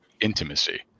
intimacy